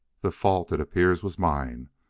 the fault, it appears, was mine.